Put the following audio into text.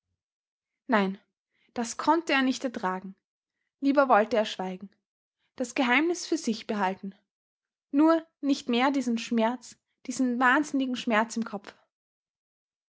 nein das konnte er nicht ertragen lieber wollte er schweigen das geheimnis für sich behalten nur nicht mehr diesen schmerz diesen wahnsinnigen schmerz im kopfe